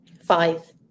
Five